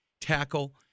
tackle